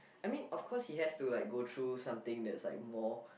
I mean of course he has to like go through something that's like more